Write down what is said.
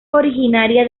originaria